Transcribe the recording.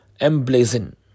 emblazon